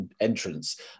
entrance